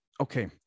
okay